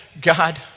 God